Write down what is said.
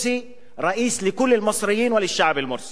ראיס לכּל אל-מצריין וללשעבּ אל-מצרי.